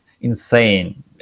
insane